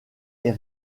est